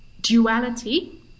duality